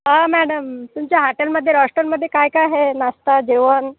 हा मॅडम तुमच्या हाटेलमध्ये रॉश्टंनमध्ये काय काय आहे नाष्टा जेवण